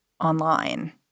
online